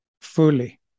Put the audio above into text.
fully